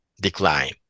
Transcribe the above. decline